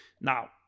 Now